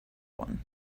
one